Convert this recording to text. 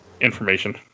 information